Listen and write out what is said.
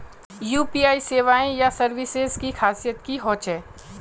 UPI सेवाएँ या services की खासियत की होचे?